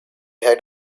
had